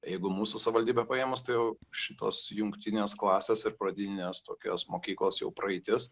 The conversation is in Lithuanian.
jeigu mūsų savaldybę paėmus tai jau šitos jungtinės klasės ir pradinės tokios mokyklos jau praeitis